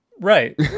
Right